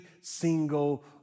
single